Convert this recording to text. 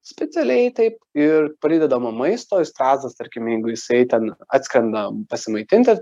specialiai taip ir pridedama maisto ir strazdas tarkim jeigu jisai ten atskrenda pasimaitinti